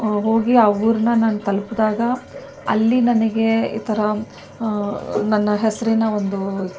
ಹೋಗಿ ಆ ಊರನ್ನ ನಾನು ತಲುಪಿದಾಗ ಅಲ್ಲಿ ನನಗೆ ಈ ಥರ ನನ್ನ ಹೆಸರಿನ ಒಂದು